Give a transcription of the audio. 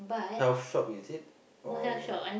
health shop is it or